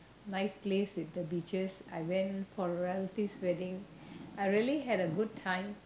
nice place with the beaches I went for a relative's wedding I really had a good time